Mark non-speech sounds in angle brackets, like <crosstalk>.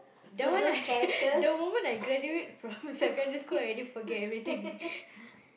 that one I <laughs> the moment I graduate from secondary school I already forget everything <laughs>